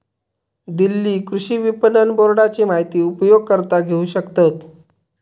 दिल्ली कृषि विपणन बोर्डाची माहिती उपयोगकर्ता घेऊ शकतत